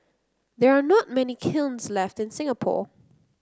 there are not many kilns left in Singapore